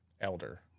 elder